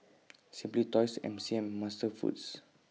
Simply Toys M C M and Master Foods